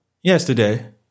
Yesterday